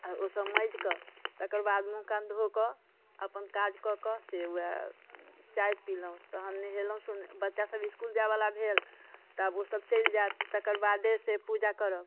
आ ओसभ माजिकऽ तकर बाद मुँह कान धोकऽ अपन काज कऽ कऽ से वएह चाय पीलहुँ तखन नहेलहुँ सुनेलहुॅं बच्चा सभ इसकुल जाइबला भेल तब ओसभ चलि जाइत तेकर बादेसँ पूजा करब